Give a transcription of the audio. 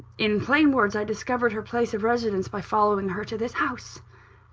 in plain words, i discovered her place of residence by following her to this house.